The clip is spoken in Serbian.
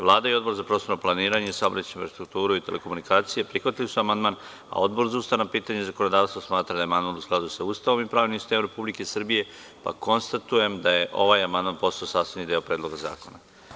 Vlada i Odbor za prostorno planiranje, saobraćaj, infrastrukturu i telekomunikacije prihvatili su amandman, a Odbor za ustavna pitanja i zakonodavstvo smatra da je amandman u skladu sa Ustavom i pravnim sistemom Republike Srbije, pa konstatujem da je amandman postao sastavni deo Predloga zakona.